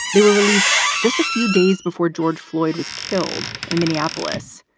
they were released just a few days before george floyd was killed in minneapolis.